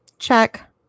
Check